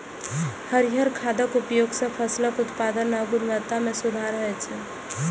हरियर खादक उपयोग सं फसलक उत्पादन आ गुणवत्ता मे सुधार होइ छै